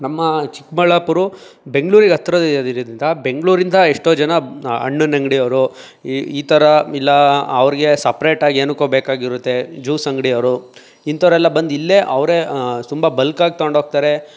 ನಮ್ಮ ಚಿಕ್ಕಬಳ್ಳಾಪುರ ಬೆಂಗಳೂರಿಗೆ ಹತ್ರದ ಇರೋದ್ರಿಂದ ಬೆಂಗಳೂರಿಂದ ಎಷ್ಟೋ ಜನ ಹಣ್ಣಿನ ಅಂಗಡಿಯವ್ರು ಈ ಈ ಥರ ಇಲ್ಲ ಅವ್ರಿಗೆ ಸಪ್ರೇಟಾಗಿ ಏನಕ್ಕೋ ಬೇಕಾಗಿರುತ್ತೆ ಜ್ಯೂಸ್ ಅಂಗಡಿಯವ್ರು ಇಂತಹವ್ರೆಲ್ಲ ಬಂದು ಇಲ್ಲೇ ಅವರೇ ತುಂಬ ಬಲ್ಕಾಗಿ ತೊಗಂಡು ಹೋಗ್ತಾರೆ